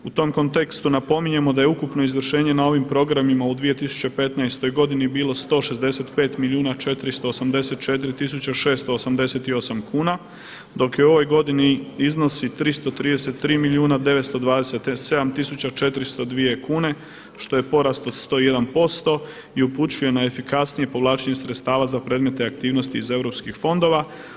U tom kontekstu napominjemo da je ukupno izvršenje na ovim programima u 2015. godini bilo 165 milijuna 484 tisuće 688 kuna, dok u ovoj godini iznosi 333 milijuna 927 tisuća 402 kune, što je porast od 101 posto i upućuje na efikasnije povlačenje sredstava za predmete aktivnosti iz europskih fondova.